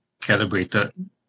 calibrated